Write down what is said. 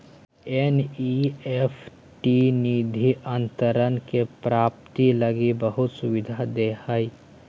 NEFT निधि अंतरण के प्राप्ति लगी बहुत सुविधा दे हइ